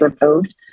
removed